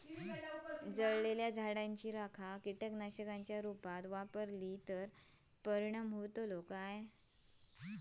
जळालेल्या झाडाची रखा कीटकनाशकांच्या रुपात वापरली तर परिणाम जातली काय?